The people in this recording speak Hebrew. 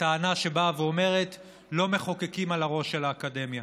הטענה שבאה ואומרת: לא מחוקקים על הראש של האקדמיה.